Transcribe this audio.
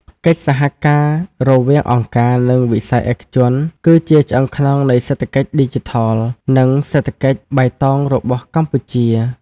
កិច្ចសហការរវាងអង្គការ និងវិស័យឯកជន គឺជាឆ្អឹងខ្នងនៃសេដ្ឋកិច្ចឌីជីថល និងសេដ្ឋកិច្ចបៃតងរបស់កម្ពុជា។